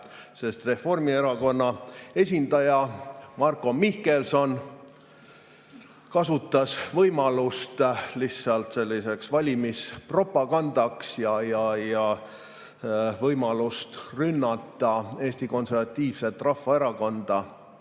sest Reformierakonna esindaja Marko Mihkelson kasutas võimalust lihtsalt selliseks valimispropagandaks ja võimalust rünnata Eesti Konservatiivset Rahvaerakonda